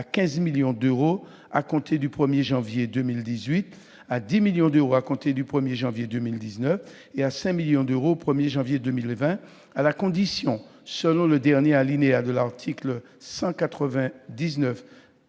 à 15 millions d'euros à compter du 1janvier 2018, à 10 millions d'euros à compter du 1janvier 2019 et à 5 millions d'euros au 1janvier 2020, à la condition que soit mis en place un